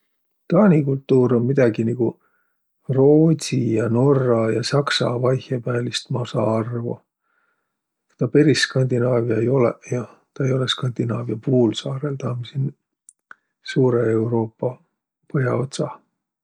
Taani kultuur um midägi nigu roodsi ja norra ja s'aksa vaihõpäälist, ma saa arvo. Tä peris skandinaavia ei olõq jo, tä ei lõq Skandinaavia puulsaarõl, taa um siin suurõ Euruupa põh'aotsah.